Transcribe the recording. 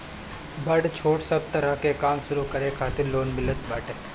बड़ छोट सब तरह के काम शुरू करे खातिर लोन मिलत बाटे